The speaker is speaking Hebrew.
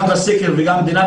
גם בסקר וגם במדינה,